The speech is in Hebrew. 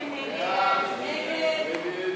הראשונה של חברי הכנסת יעקב אשר,